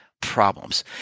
problems